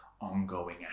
ongoing